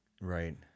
right